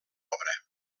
obra